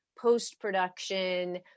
post-production